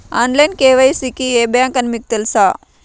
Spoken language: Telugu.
ఆన్లైన్ కే.వై.సి కి ఏ బ్యాంక్ అని మీకు తెలుసా?